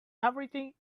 everything